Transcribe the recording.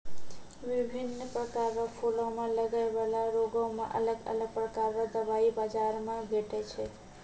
बिभिन्न प्रकार रो फूलो मे लगै बाला रोगो मे अलग अलग प्रकार रो दबाइ बाजार मे भेटै छै